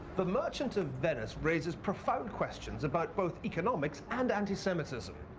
the merchant of venice raises profound questions about both economics and anti-semitism.